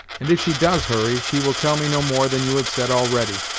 and if she does, hurry, she will tell me no more than you have said already.